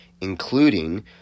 including